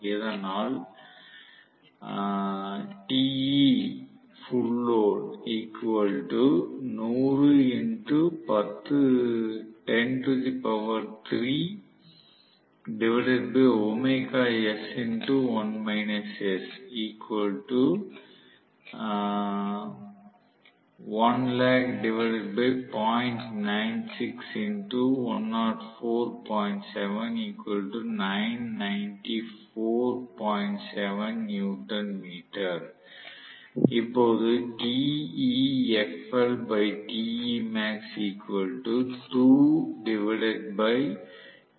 அதனால் இப்போது